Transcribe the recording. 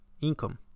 income